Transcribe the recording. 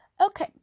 Okay